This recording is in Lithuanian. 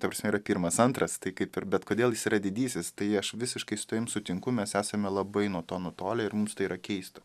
ta prasme yra pirmas antras tai kaip ir bet kodėl jis yra didysis tai aš visiškai su tavim sutinku mes esame labai nuo to nutolę ir mums tai yra keista